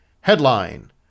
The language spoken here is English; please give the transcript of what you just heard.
headline